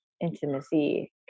intimacy